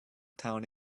town